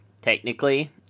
technically